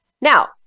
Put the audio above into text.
Now